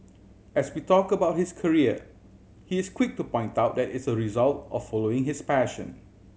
as we talk about his career he is quick to point out that it's a result of following his passion